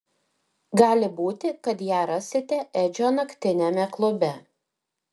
gali būti kad ją rasite edžio naktiniame klube